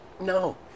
No